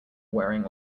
wearing